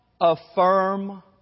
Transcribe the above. affirm